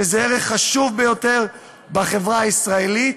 שזה ערך חשוב ביותר בחברה הישראלית.